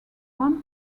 one